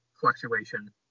fluctuation